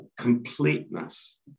completeness